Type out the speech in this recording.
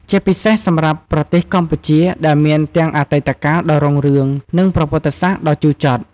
ជាពិសេសសម្រាប់ប្រទេសកម្ពុជា ដែលមានទាំងអតីតកាលដ៏រុងរឿង និងប្រវត្តិសាស្ត្រដ៏ជូរចត់។